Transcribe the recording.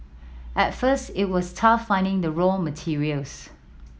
at first it was tough finding the raw materials